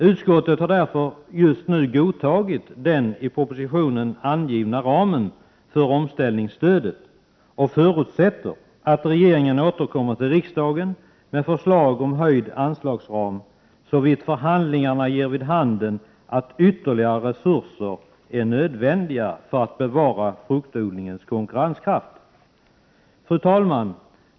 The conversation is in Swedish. Utskottet har därför just nu godtagit den i propositionen angivna ramen för omställningsstödet, och förutsätter att regeringen återkommer till riksdagen med förslag om höjd anslagsram såvitt förhandlingarna ger vid handen att ytterligare resurser är nödvändiga för att bevara fruktodlingens konkurrenskraft. Fru talman!